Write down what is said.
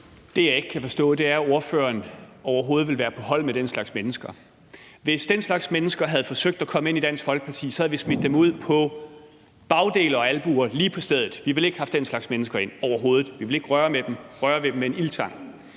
Det, jeg ikke kan forstå, er, at ordføreren overhovedet vil være på hold med den slags mennesker. Hvis den slags mennesker havde forsøgt at komme ind i Dansk Folkeparti, så havde vi smidt dem ud på bagdel og albuer lige på stedet. Vi ville ikke have haft den slags mennesker ind. Vi ville ikke røre dem med en ildtang.